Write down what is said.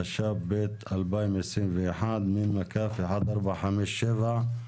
התשפ"ב-2021 (מ/1457).